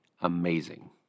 amazing